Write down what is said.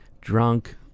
drunk